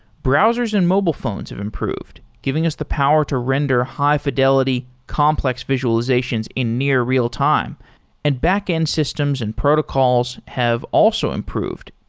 browsers and mobile phones have improved, giving us the power to render high fidelity, complex visualizations in near real-time and back-end systems and protocols have also improved,